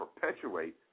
perpetuate